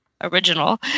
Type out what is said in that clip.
original